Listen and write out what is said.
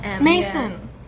Mason